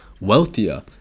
wealthier